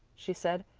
she said.